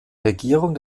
regierung